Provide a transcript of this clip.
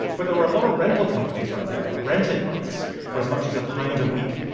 but there were a lot of rental companies out there that rented bikes for as much as a pound a week.